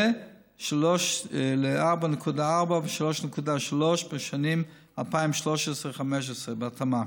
ל-4.4 ו-3.3 בשנים 2013 2015, בהתאמה.